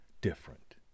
different